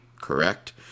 correct